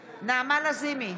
לזימי,